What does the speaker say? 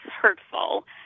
hurtful